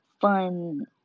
fun